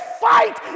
fight